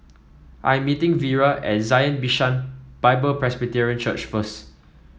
I am meeting Vira at Zion Bishan Bible Presbyterian Church first